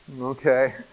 Okay